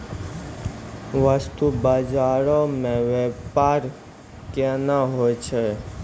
बस्तु बजारो मे व्यपार केना होय छै?